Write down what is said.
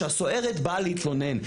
שהסוהרת באה להתלונן,